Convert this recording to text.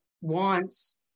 wants